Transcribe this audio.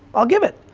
i'll give it.